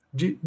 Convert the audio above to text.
de